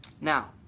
Now